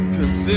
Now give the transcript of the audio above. Cause